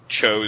chose